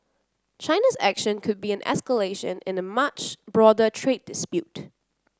China's action could be an escalation in a much broader trade dispute